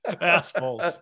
Assholes